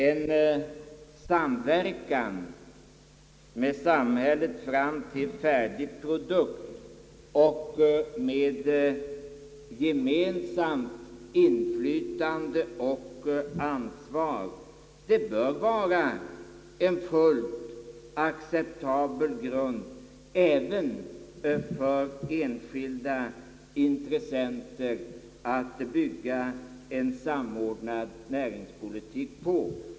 En samverkan med samhället fram till den färdiga produkten och med gemensamt inflytande och ansvar bör vara en fullt acceptabel grund även för enskilda intressenter att bygga en samordnad näringspolitik på.